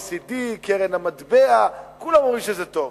ה-OECD, קרן המטבע, כולם אומרים שזה טוב.